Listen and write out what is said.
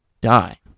die